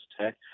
Tech